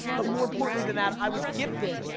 but more importantly than that, i was gifted,